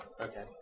Okay